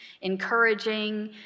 encouraging